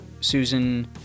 Susan